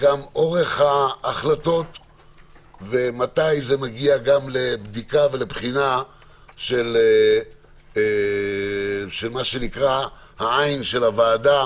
אורך ההחלטות ומתי זה מגיע לבדיקה ובחינה של מה שנקרא "עין הוועדה"